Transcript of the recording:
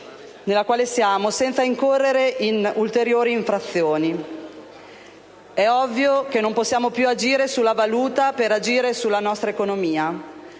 nella quale siamo, senza incorrere in ulteriori infrazioni. È ovvio che non possiamo più agire sulla valuta per agire sulla nostra economia;